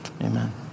Amen